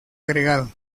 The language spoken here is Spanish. agregado